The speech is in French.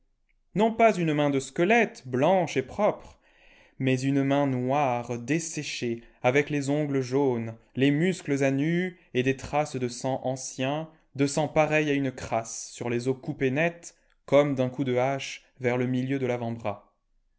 non pas une main de squelette blanche et propre mais une main noire desséchée avec les ongles jaunes les muscles à nu et des traces de sang ancien de sang pareil à une crasse sur les os coupés net comme d'un coup de hache vers le milieu de l'avant-bras